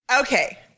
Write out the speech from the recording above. Okay